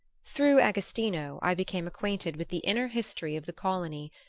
through agostino i became acquainted with the inner history of the colony,